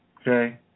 Okay